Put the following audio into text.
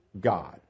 God